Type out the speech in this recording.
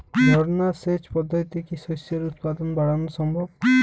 ঝর্না সেচ পদ্ধতিতে কি শস্যের উৎপাদন বাড়ানো সম্ভব?